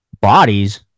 bodies